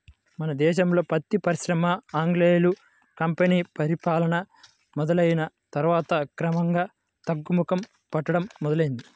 మన దేశంలో పత్తి పరిశ్రమ ఆంగ్లేయుల కంపెనీ పరిపాలన మొదలయ్యిన తర్వాత క్రమంగా తగ్గుముఖం పట్టడం మొదలైంది